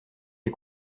les